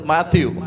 Matthew